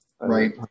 right